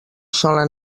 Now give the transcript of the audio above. sola